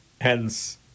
hence